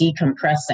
decompressing